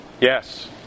Yes